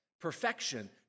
Perfection